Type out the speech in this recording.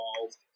involved